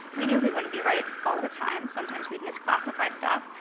we knew we wouldn't be right all of the time. sometimes, we'd misclassify stuff.